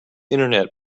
internet